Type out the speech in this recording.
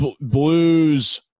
blues